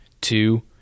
two